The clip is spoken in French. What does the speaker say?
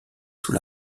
sous